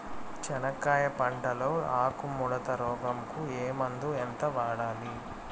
చెనక్కాయ పంట లో ఆకు ముడత రోగం కు ఏ మందు ఎంత వాడాలి?